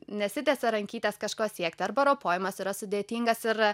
nesitiesia rankytės kažko siekti arba ropojimas yra sudėtingas ir